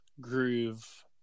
groove